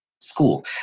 school